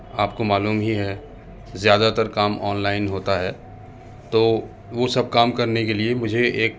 آپ کو معلوم ہی ہے زیادہ تر کام آن لائن ہوتا ہے تو وہ سب کام کرنے کے لیے مجھے ایک